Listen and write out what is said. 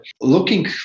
looking